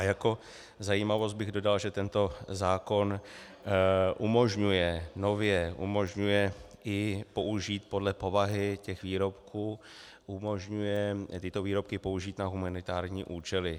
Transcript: Jako zajímavost bych dodal, že tento zákon umožňuje nově i použít podle povahy těch výrobků, umožňuje tyto výrobky použít na humanitární účely.